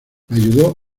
ayudó